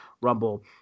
rumble